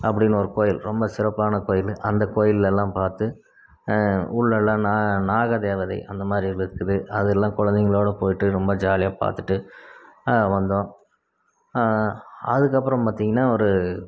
அப்படின்னு ஒரு கோயில் ரொம்ப சிறப்பான கோயில் அந்த கோயிலெலாம் பார்த்து உள்ளேலாம் நாக தேவதை அந்த மாதிரி இருக்குது அதெலாம் குழந்தைங்களோட போயிட்டு ரொம்ப ஜாலியாக பார்த்துட்டு வந்தோம் அதுக்கப்புறம் பார்த்திங்ன்னா ஒரு